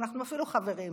ואנחנו אפילו חברים,